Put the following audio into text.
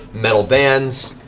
metal bands,